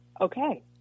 Okay